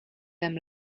them